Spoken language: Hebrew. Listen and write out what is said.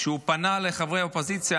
כשהוא פנה לחברי האופוזיציה,